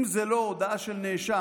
אם זו לא הודאה של נאשם,